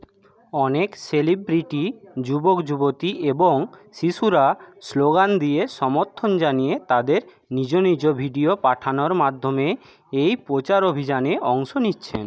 অনেক সেলিব্রিটি যুবক যুবতী এবং শিশুরা স্লোগান দিয়ে সমর্থন জানিয়ে তাদের নিজ নিজ ভিডিও পাঠানোর মাধ্যমে এই প্রচার অভিযানে অংশ নিচ্ছেন